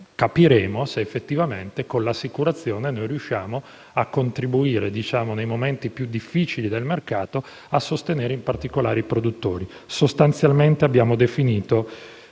capiremo se, effettivamente, con l'assicurazione riusciremo a contribuire, nei momenti più difficili del mercato, a sostenere, in particolare, i produttori. Sostanzialmente, abbiamo definito